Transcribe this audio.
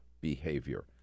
behavior